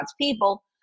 people